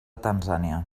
tanzània